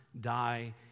die